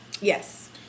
Yes